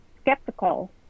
skeptical